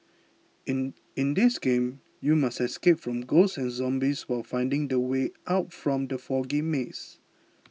in in this game you must escape from ghosts and zombies while finding the way out from the foggy maze